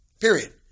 period